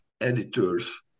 editors